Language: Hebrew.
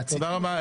תודה רבה.